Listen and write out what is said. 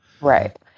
Right